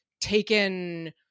taken